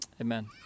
Amen